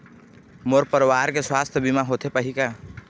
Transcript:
मोर परवार के सुवास्थ बीमा होथे पाही का?